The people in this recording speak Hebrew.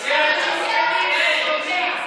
זה הכול צביעות.